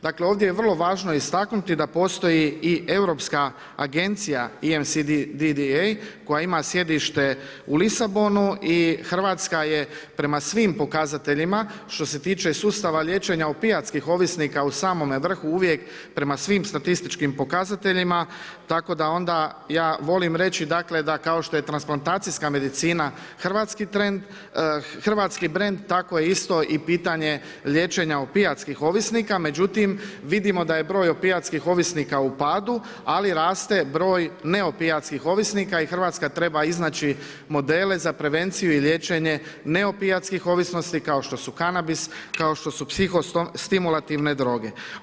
Dakle, ovdje je vrlo važno istaknuti da postoji i Europska agencija … [[Govornik priča engleski, ne razumije se.]] koja ima sjedište u Lisabonu i RH je prema svim pokazateljima, što se tiče sustava liječenja opijatskih ovisnika u samome vrhu uvijek prema svim statističkim pokazateljima, tako da onda ja volim reći, dakle, da kao što je transplantacijska medicina hrvatski brend, tako je isto i pitanje liječenja opijatskih ovisnika, međutim, vidimo da je broj opijatskih ovisnika u padu, ali raste broj neopijatskih ovisnika i Hrvatska treba iznaći modele za prevenciju i liječenje neopijatskih ovisnosti kao što su kanabis, kao što su psihostimulativne droge.